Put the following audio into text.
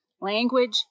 Language